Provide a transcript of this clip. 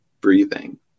breathing